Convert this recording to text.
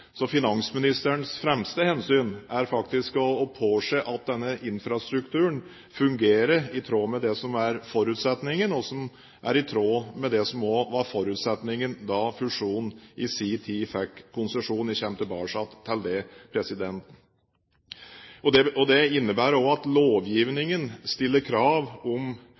Så finansministerens fremste hensyn er faktisk å påse at denne infrastrukturen fungerer i tråd med det som er forutsetningen, og også i tråd med det som var forutsetningen da fusjonen i sin tid fikk konsesjon. Jeg kommer tilbake til det. Institusjonens betydning medfører at lovgivningen stiller krav om